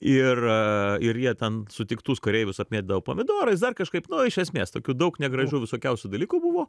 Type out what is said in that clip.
ir ir jie ten sutiktus kareivius apmėtydavo pomidorais dar kažkaip iš esmės tokių daug negražių visokiausių dalykų buvo